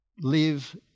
live